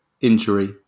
injury